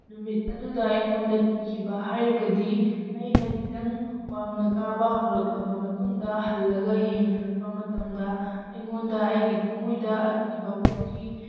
ꯅꯨꯃꯤꯠ ꯑꯗꯨꯗ ꯑꯩꯉꯣꯟꯗ ꯀꯤꯈꯤꯕ ꯍꯥꯏꯔꯒꯗꯤ ꯑꯩꯅ ꯈꯤꯇꯪ ꯋꯥꯡꯅ ꯀꯥꯕ ꯍꯧꯔꯛꯂꯕ ꯃꯇꯨꯡꯗ ꯍꯜꯂꯒ ꯌꯦꯡꯊꯔꯛꯄ ꯃꯇꯝꯗ ꯑꯩꯉꯣꯟꯗ ꯑꯩꯒꯤ ꯊꯝꯃꯣꯏꯗ ꯑꯀꯤꯕ ꯄꯣꯛꯈꯤ